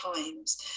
times